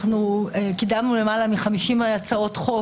אנחנו קידמנו למעלה מ-50 הצעות חוק.